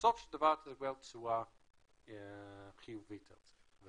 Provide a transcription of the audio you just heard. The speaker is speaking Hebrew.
בסופו של דבר תקבל תשואה חיובית על זה.